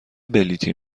بلیطی